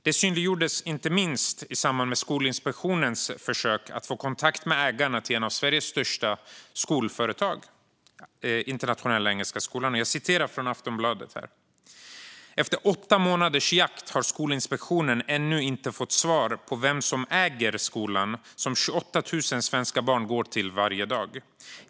Det synliggjordes inte minst i samband med Skolinspektionens försök att få kontakt med ägarna till ett av Sveriges största skolföretag, Internationella engelska skolan. Jag citerar från Aftonbladet: "Efter åtta månaders jakt har Skolinspektionen ännu inte fått svar på vem som äger skolan som 28 000 svenska barn går till varje dag.